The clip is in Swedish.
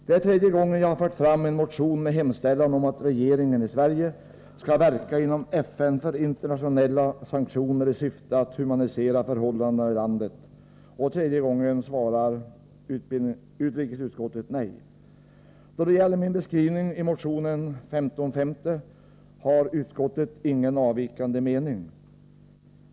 Det är tredje gången jag har fört fram en motion med hemställan om att regeringen i Sverige skall verka inom FN för internationella sanktioner i syfte att humanisera förhållandena i landet. För tredje gången svarar utrikesutskottet nej. Då det gäller min beskrivning i motionen 1550 har utskottet ingen avvikande mening.